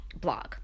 blog